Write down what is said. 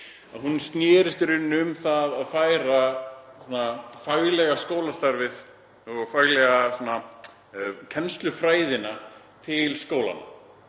hún í rauninni um það að færa faglega skólastarfið og faglegu kennslufræðina til skólanna,